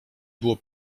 było